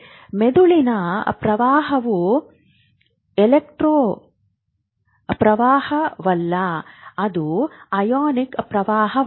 ಮೆದುಳಿನ ಪ್ರವಾಹವು ಎಲೆಕ್ಟ್ರಾನ್ ಪ್ರವಾಹವಲ್ಲ ಅದು ಅಯಾನಿಕ್ ಪ್ರವಾಹವಾಗಿದೆ